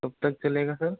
कब तक चलेगा सर